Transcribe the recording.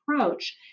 approach